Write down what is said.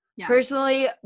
personally